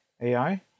AI